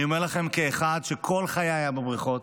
אני אומר לכם כאחד שכל חייו היה בבריכות,